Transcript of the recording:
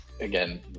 again